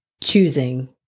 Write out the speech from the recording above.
choosing